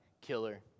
killer